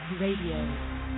Radio